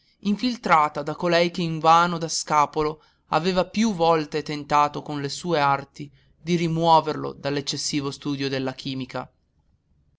infiltrata da colei che invano da scapolo aveva più volte tentato con le sue arti di rimuoverlo dall'eccessivo studio della chimica